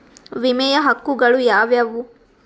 ವಿಮೆಯ ಹಕ್ಕುಗಳು ಯಾವ್ಯಾವು?